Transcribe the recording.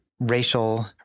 racial